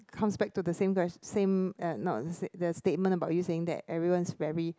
comes back to the same ques~ same uh not the statement about you saying that everyone's very